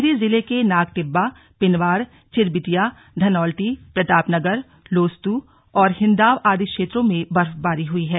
टिहरी जिले के नाग टिब्बा पिन्वाड चिरबिटिया धनोल्टी प्रताप नगर लोस्तु और हिन्दाव आदि क्षेत्रों में बर्फबारी हुई है